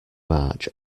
march